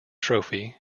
trophy